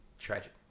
tragic